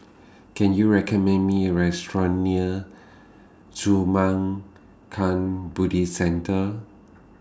Can YOU recommend Me Restaurant near Zurmang Can Buddhist Centre